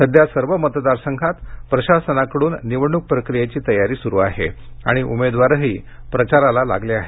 सध्या सर्व मतदारसंघात प्रशासनाकडून निवडणुक प्रक्रीयेची तयारी सुरू आहे आणि उमेदवारही प्रचाराला लागले आहेत